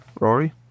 Rory